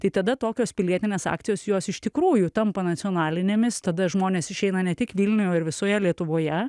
tai tada tokios pilietinės akcijos jos iš tikrųjų tampa nacionalinėmis tada žmonės išeina ne tik vilniuj o ir visoje lietuvoje